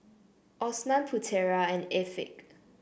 Osman Putera and Afiq